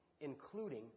including